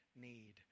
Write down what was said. need